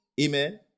amen